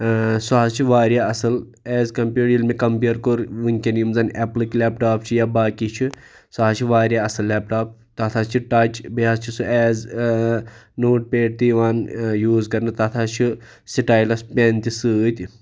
سُہ حٕظ چھُ واریاہ اصل ایٚز کَمپِیٲڑ ییٚلہِ مےٚ کَمپیر کوٚر وٕنکٮ۪ن یِم زَن ایٚپلٕکۍ لیپٹاپ چھِ یا باقٕے چھِ سُہ حٕظ چھِ واریاہ اصل لیپٹاپ تتھ حٕظ چھ ٹَچ بیٚیہِ حٕظ چھُ سُہ ایٚز نوٹ پیٚڈ تہِ یِوان یوٗز کَرنہٕ تتھ حٕظ چھُ سٹایلَس پیٚن تہِ سۭتۍ